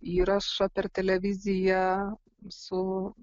įrašą per televiziją su